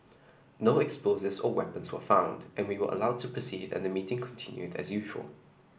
no explosives or weapons were found and we were allowed to proceed and the meeting continued as usual